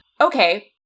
okay